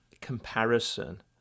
comparison